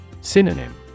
Synonym